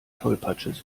tollpatsches